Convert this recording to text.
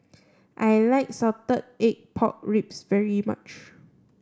I like salted egg pork ribs very much